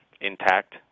intact